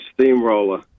steamroller